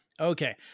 Okay